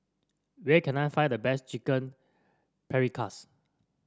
where can I find the best Chicken Paprikas